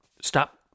Stop